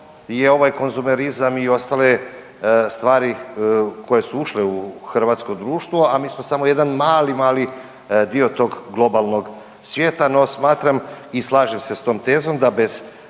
je ovaj konzumerizam i ostale stvari koje su ušle u hrvatsko društvo, a mi smo samo jedan mali, mali dio tog globalnog svijeta. No smatram i slažem se s tom tezom da bez